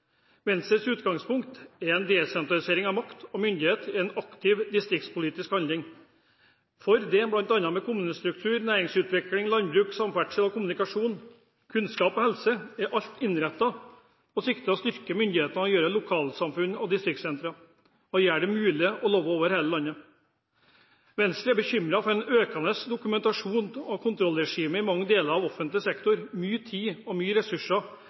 Venstres utgangspunkt er at desentralisering av makt og myndighet er en aktiv distriktspolitisk handling. Venstres politikk for kommunestruktur, næringsutvikling, landbruk, samferdsel og kommunikasjon, kunnskap og helse er alt innrettet med sikte på å styrke og myndiggjøre lokalsamfunn og distriktssentre og gjøre det mulig å leve over hele landet. Venstre er bekymret for et økende dokumentasjons- og kontrollregime i mange deler av offentlig sektor. Mye tid og ressurser